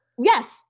yes